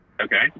Okay